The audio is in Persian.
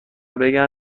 بگن